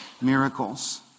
miracles